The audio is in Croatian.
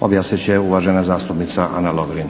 objasnit će uvažena zastupnica Ana Lovrin.